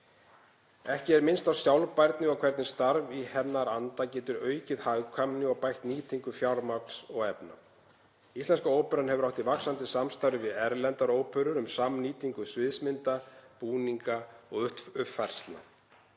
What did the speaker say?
Ekki er minnst á sjálfbærni og hvernig starf í hennar anda getur aukið hagkvæmni og bætt nýtingu fjármagns og efna. Íslenska óperan hefur átt í vaxandi samstarfi við erlendar óperur um samnýtingu sviðsmynda, búninga og uppfærslna.